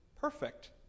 perfect